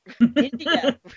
India